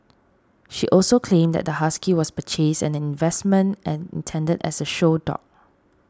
she also claimed that the husky was purchased as an investment and intended as a show dog